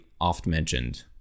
oft-mentioned